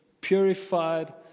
Purified